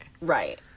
Right